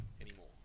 anymore